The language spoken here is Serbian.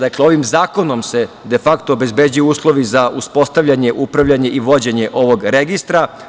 Dakle, ovim zakonom se defakto obezbeđuju uslovi za uspostavljanje, upravljanje i vođenje ovog registra.